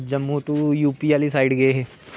Jammu to UP आहली side गै हे